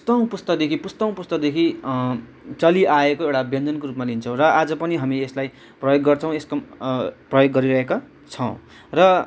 पुस्तौँ पुस्तादेखि पुस्तौँ पुस्तादेखि चलिआएको एउटा व्यञ्जनको रूपमा लिन्छौँ र आज पनि हामी यसलाई प्रयोग गर्छौँ प्रयोग गरिरहेको छौँ र